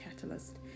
catalyst